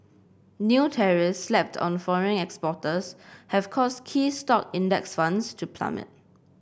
new tariffs slapped on foreign exporters have caused key stock index funds to plummet